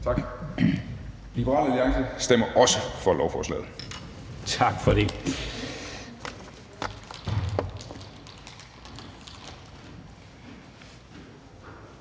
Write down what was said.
Tak. Liberal Alliance stemmer også for lovforslaget. Kl.